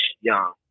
young